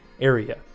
area